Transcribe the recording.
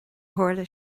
tharla